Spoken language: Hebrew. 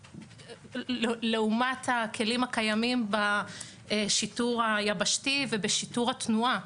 לעומת הכלים הקיימים בשיטור היבשתי ובשיטור התנועה.